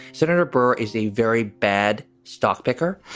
senator burr is a very bad stock picker.